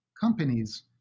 companies